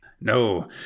no